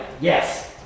Yes